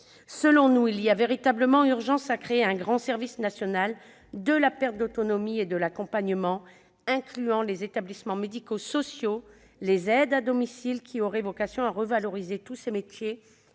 Selon nous, il y a véritablement urgence à créer un grand service public national de la perte d'autonomie et de l'accompagnement, incluant les établissements médico-sociaux et les aides à domicile, qui aurait vocation à revaloriser tous ces métiers